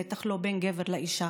בטח לא בין גבר לאישה.